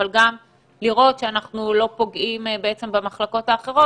אבל גם לראות שאנחנו לא פוגעים במחלקות האחרות.